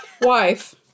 Wife